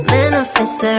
Manifest